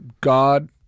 God